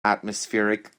atmospheric